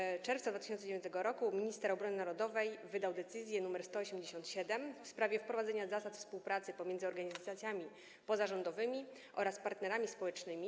9 czerwca 2009 r. minister obrony narodowej wydał decyzję nr 187 w sprawie wprowadzenia zasad współpracy pomiędzy organizacjami pozarządowymi oraz partnerami społecznymi.